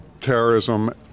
terrorism